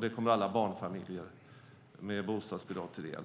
Det kommer alla barnfamiljer med bostadsbidrag till del.